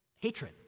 hatred